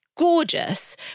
Gorgeous